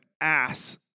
ass